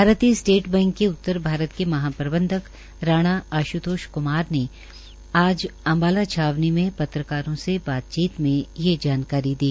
भातरीय state bank के उत्तर भारत के महाप्रंबधक राणा आश्तोष क्मार ने आज अम्बाला छावनी में पत्रकारों से बातचीत मे ये जानकारी दी